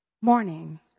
morning